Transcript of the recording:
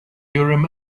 urim